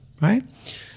right